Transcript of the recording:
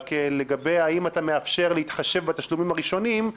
רק אם אתה מאפשר להתחשב בתשלומים הראשוניים,